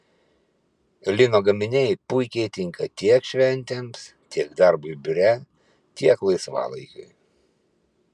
lino gaminiai puikiai tinka tiek šventėms tiek darbui biure tiek laisvalaikiui